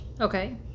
Okay